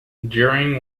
during